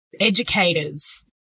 educators